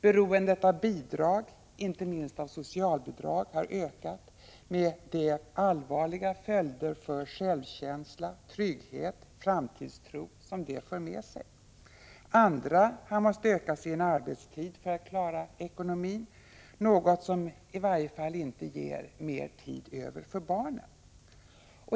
Beroendet av bidrag, inte minst av socialbidrag, har ökat, med alla de allvarliga följder för självkänsla, trygghet och framtidstro som det för med sig. Andra har måst öka sin arbetstid för att klara ekonomin, något som i varje fall inte ger mer tid över för barnen.